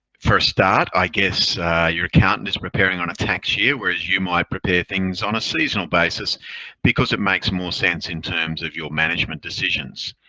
for a start, i guess your accountant is preparing on a tax year, whereas you might prepare things on a seasonal basis because it makes more sense in terms of your management decisions.